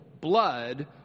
blood